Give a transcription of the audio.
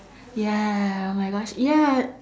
ya oh my gosh ya